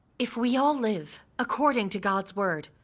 if we all live according to god's word,